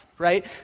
right